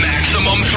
Maximum